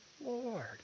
Lord